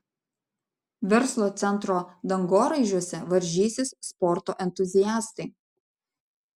verslo centro dangoraižiuose varžysis sporto entuziastai